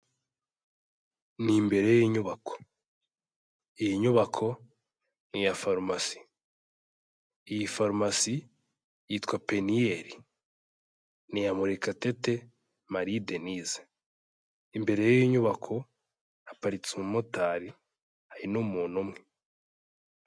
Ni imbere y'inyubako, iyi nyubako ni iya farumasi, iyi farumasi yitwa Peniel, ni iya Murekatete Marie Denise, imbere y'iyo nyubako haparitse umumotari, hari n'umuntu umwe.